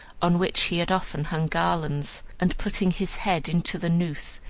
on which he had often hung garlands, and putting his head into the noose,